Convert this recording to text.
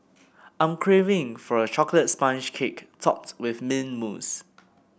I am craving for a chocolate sponge cake topped with mint mousse